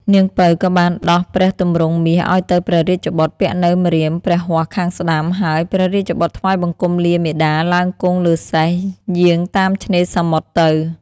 នាង ពៅ ក៏បានដោះព្រះទម្រង់មាសឲ្យទៅព្រះរាជបុត្រពាក់នៅម្រាមព្រះហស្តខាងស្តាំ ហើយព្រះរាជបុត្រថ្វាយបង្គំលាមាតាឡើងគង់លើសេះយាងតាមឆេ្នរសមុទ្រទៅ។